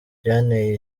byanteye